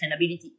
sustainability